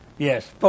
Yes